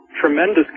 tremendous